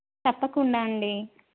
తప్పకుండా అండి